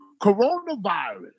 coronavirus